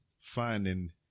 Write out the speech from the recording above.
finding